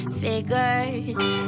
figures